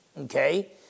okay